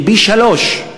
שהוא פי-שלושה,